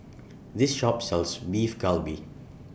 This Shop sells Beef Galbi